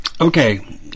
okay